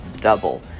double